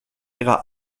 ihrer